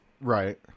right